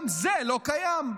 גם זה לא קיים.